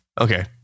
Okay